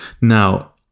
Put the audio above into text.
Now